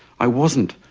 i wasn't.